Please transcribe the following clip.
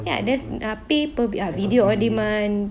ya there's ah people be ya video on demand